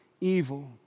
evil